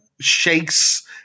shakes